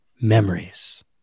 memories